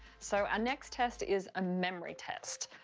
so, our next test is a memory test.